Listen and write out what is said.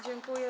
Dziękuję.